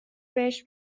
بهش